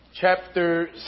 chapter